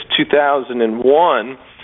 2001